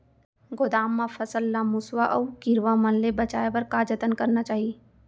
गोदाम मा फसल ला मुसवा अऊ कीरवा मन ले बचाये बर का जतन करना चाही?